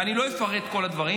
ואני לא אפרט את כל הדברים,